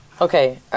Okay